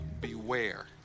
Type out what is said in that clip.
beware